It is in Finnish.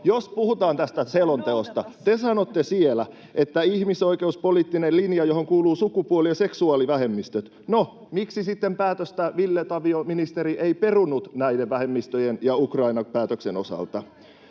Jos puhutaan tästä selonteosta, te sanotte siellä, että on ihmisoikeuspoliittinen linja, johon kuuluvat sukupuoli- ja seksuaalivähemmistöt. No, miksi sitten Ville Tavio, ministeri, ei perunut päätöstä näiden vähemmistöjen ja Ukrainan osalta?